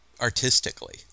Artistically